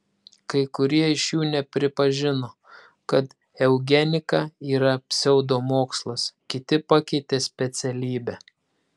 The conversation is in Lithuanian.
kai kurie iš jų nepripažino kad eugenika yra pseudomokslas kiti pakeitė specialybę